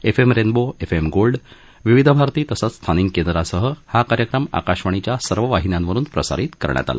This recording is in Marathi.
एफ एम संत्रिो F M gold Vividh Bharati तसंच स्थानिक केंद्रांसह हा कार्यक्रम आकाशवाणीच्या सर्व वाहिन्यांवरुन प्रसारित करण्यात आला